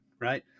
right